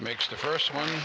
makes the first one